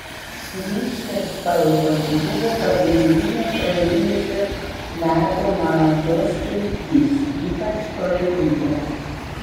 ryškios spalvos buvo pagrindinė praėjusių metų mados kryptis ypač holivude